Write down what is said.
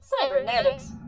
cybernetics